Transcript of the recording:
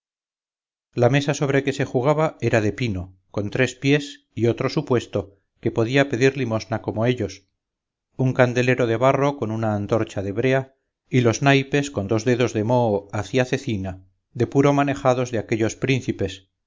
la mesa sobre que se jugaba era de pino con tres pies y otro supuesto que podía pedir limosna como ellos un candelero de barro con una antorcha de brea y los naipes con dos dedos de moho hacia cecina de puro manejados de aquellos príncipes